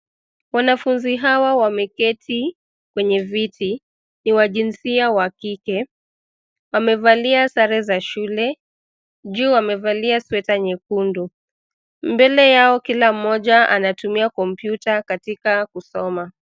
Wanafunzi hawa wameketi kwenye viti ni wa jinsia wa kike, wamevalia sare za shule, juu wamevalia sweater nyekundu. Mbele yao kila mmoja anatumia kompyuta katika kusoma.